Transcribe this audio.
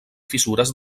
fissures